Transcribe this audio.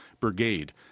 brigade